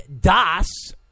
Das